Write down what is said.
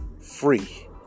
free